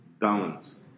balance